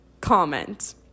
comment